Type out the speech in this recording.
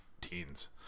teens